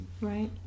Right